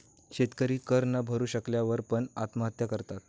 शेतकरी कर न भरू शकल्या वर पण, आत्महत्या करतात